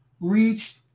reached